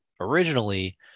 originally